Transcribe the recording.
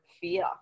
fear